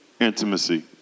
Intimacy